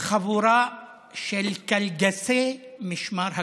חבורה של קלגסי משמר הגבול,